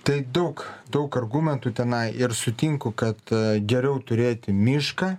tai daug daug argumentų tenai ir sutinku kad geriau turėti mišką